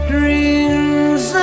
Dreams